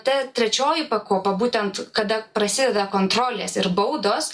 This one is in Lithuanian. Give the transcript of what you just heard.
ta trečioji pakopa būtent kada prasideda kontrolės ir baudos